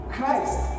Christ